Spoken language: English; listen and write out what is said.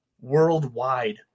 worldwide